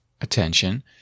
attention